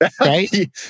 right